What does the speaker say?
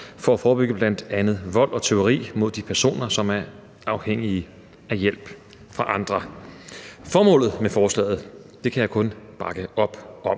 for at forebygge bl.a. vold og tyveri mod de personer, som er afhængige af hjælp fra andre. Formålet med forslaget kan jeg kun bakke op om,